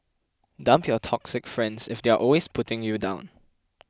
dump your toxic friends if they're always putting you down